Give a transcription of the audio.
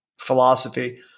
philosophy